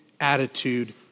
attitude